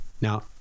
Now